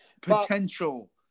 potential